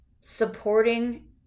supporting